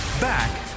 Back